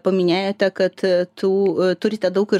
paminėjote kad tų turite daug ir